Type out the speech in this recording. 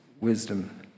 wisdom